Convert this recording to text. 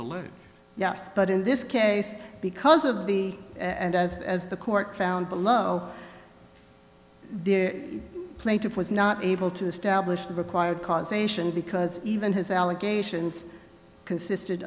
selected yes but in this case because of the and as as the court found below the plaintiff was not able to establish the required causation because even his allegations consisted